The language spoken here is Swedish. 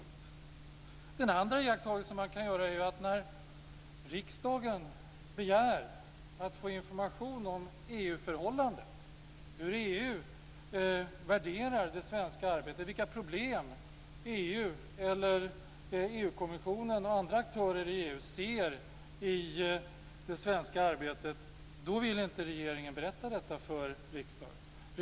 Den andra iakttagelsen man kan göra är att när riksdagen begär att få information om EU förhållanden, hur EU värderar det svenska arbetet, vilka problem EU-kommissionen och andra aktörer i EU ser i det svenska arbetet vill inte regeringen berätta detta för riksdagen.